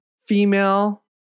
female